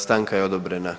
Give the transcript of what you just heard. Stanka je odobrena.